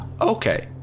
Okay